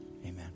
amen